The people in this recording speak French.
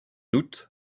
août